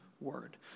word